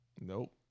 Nope